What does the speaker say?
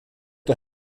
der